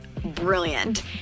brilliant